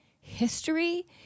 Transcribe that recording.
history